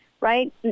Right